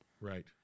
Right